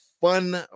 fun